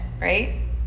Right